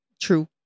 True